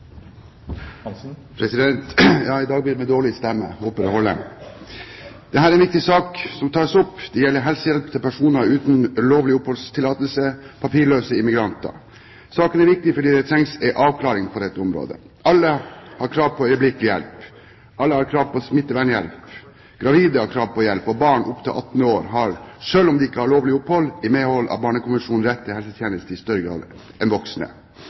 en viktig sak som tas opp. Det gjelder helsehjelp til personer uten lovlig oppholdstillatelse, papirløse migranter. Saken er viktig fordi det trengs en avklaring på dette området. Alle har krav på øyeblikkelig hjelp. Alle har krav på smittevernhjelp. Gravide har krav på hjelp. Barn opptil 18 år, selv om de ikke har lovlig opphold, har i medhold av Barnekonvensjonen rett til helsetjenester i større grad enn voksne.